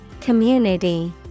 Community